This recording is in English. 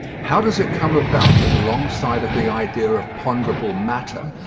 how does it come about that alongside of the idea of ponderable matter,